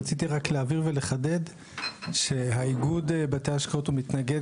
רציתי רק להבהיר ולחדד שאיגוד בתי ההשקעות מתנגד